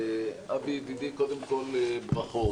אבי, ידידי, קודם כל ברכות.